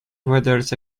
waddles